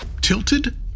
tilted